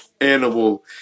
animal